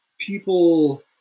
people